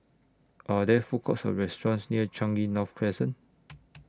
Are There Food Courts Or restaurants near Changi North Crescent